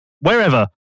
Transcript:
wherever